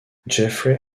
jeffrey